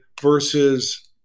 versus